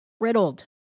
Riddled